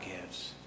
gives